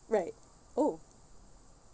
right oh